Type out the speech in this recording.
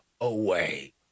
away